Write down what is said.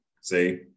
see